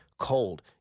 Cold